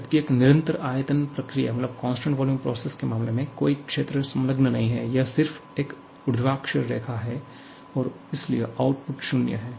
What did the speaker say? जबकि एक निरंतर आयतन प्रक्रिया के मामले में कोई क्षेत्र संलग्न नहीं है यह सिर्फ एक ऊर्ध्वाधर रेखा है और इसलिए आउटपुट 0 है